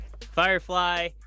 Firefly